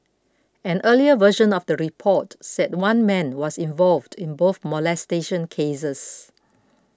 an earlier version of the report said one man was involved in both molestation cases